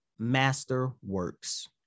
Masterworks